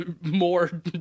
more